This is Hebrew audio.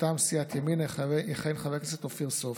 מטעם סיעת ימינה יכהן חבר הכנסת אופיר סופר.